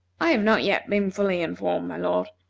i have not yet been fully informed, my lord,